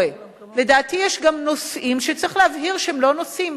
לדעתי, יש נושאים שצריך להבהיר שהם לא נושאים.